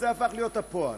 זה הפך להיות פועל.